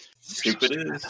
Stupid